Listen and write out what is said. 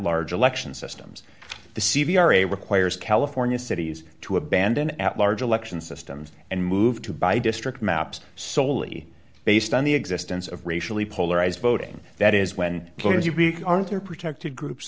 large election systems the c v r a requires california cities to abandon at large election systems and move to buy district maps soley based on the existence of racially polarized voting that is when players you aren't are protected groups